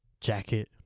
jacket